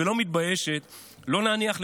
ולא מתביישת לא להניח,